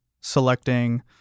selecting